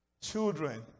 children